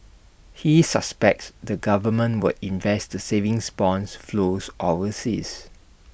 he suspects the government would invest the savings bonds flows overseas